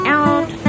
out